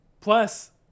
Plus